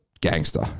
gangster